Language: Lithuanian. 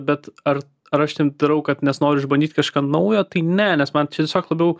bet ar ar aš ten darau kad nes noriu išbandyt kažką naujo tai ne nes man čia tiesiog labiau